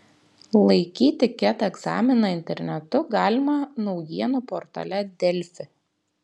laikyti ket egzaminą internetu galima naujienų portale delfi